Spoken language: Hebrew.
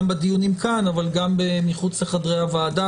בדיונים כאן אבל גם מחוץ לחדרי הוועדה,